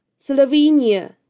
Slovenia